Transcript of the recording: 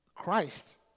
Christ